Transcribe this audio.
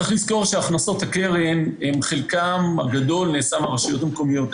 צריך לזכור שהכנסות הקרן מגיעות בחלקן הגדול מהרשויות המקומיות.